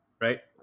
right